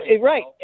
Right